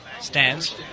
stands